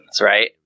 right